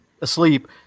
asleep